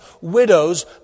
widows